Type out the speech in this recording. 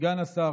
סגן השר,